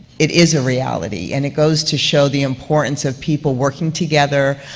it is a reality, and it goes to show the importance of people working together,